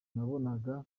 nabonaga